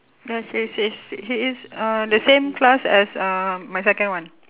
yes he is he is he is uh the same class as uh my second one